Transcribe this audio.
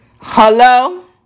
Hello